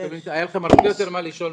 היה לכם הרבה יותר מה לשאול.